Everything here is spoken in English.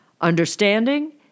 understanding